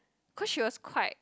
cause she was quite